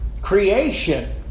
creation